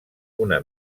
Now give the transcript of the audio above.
una